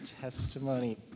testimony